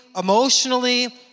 emotionally